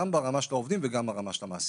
גם ברמה של העובדים וגם ברמה של המעסיקים.